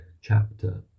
chapter